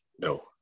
no